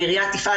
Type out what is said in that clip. העירייה תפעל